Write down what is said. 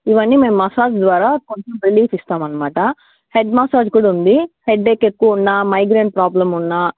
ఇవన్నీ మేము మసాజ్ ద్వారా కొంచెం రిలీఫ్ ఇస్తామన్నమాట హెడ్ మసాజ్ కూడా ఉంది హెడ్డేక్ ఎక్కువున్నా మైగ్రేన్ ప్రాబ్లమ్ ఉన్నా